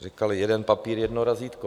Říkali jeden papír jedno razítko.